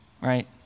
right